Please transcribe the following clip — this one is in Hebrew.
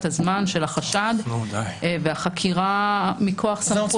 הזמן של החשד והחקירה מכוח סמכות.